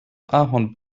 ahorn